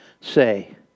say